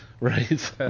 Right